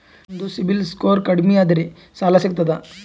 ನಮ್ದು ಸಿಬಿಲ್ ಸ್ಕೋರ್ ಕಡಿಮಿ ಅದರಿ ಸಾಲಾ ಸಿಗ್ತದ?